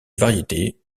variétés